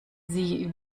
sie